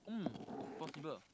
mm possible